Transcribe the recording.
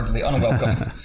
unwelcome